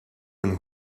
een